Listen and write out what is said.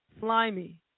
Slimy